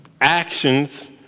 actions